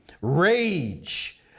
rage